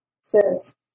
says